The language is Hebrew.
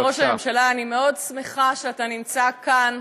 אדוני ראש הממשלה, אני מאוד שמחה שאתה נמצא כאן,